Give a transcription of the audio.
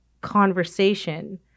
conversation